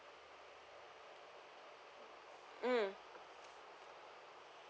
mm